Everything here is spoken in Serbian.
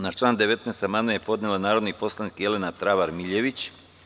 Na član 19. amandman je podnela narodni poslanik Jelena Travar-Miljević.